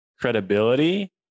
credibility